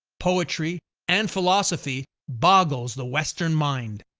poetry and philosophy boggles the western mind.